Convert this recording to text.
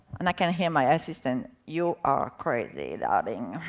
and i can hear my assistant, you are crazy darling.